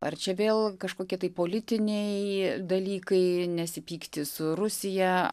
ar čia vėl kažkokie tai politiniai dalykai nesipykti su rusija